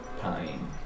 pine